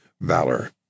valor